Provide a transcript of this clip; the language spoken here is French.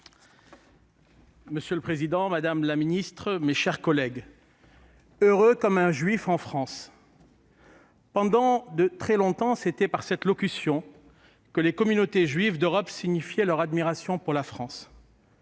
Monsieur le président, madame la ministre, mes chers collègues, « heureux comme un juif en France »: pendant très longtemps, c'est par cette locution que les communautés juives d'Europe signifiaient leur admiration pour la France.